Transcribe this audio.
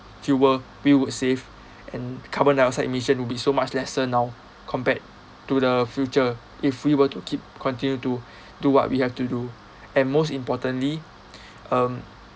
fuel we would save and carbon dioxide emission will be so much lesser now compared to the future if we were to keep continue to do what we have to do and most importantly um